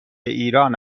ایران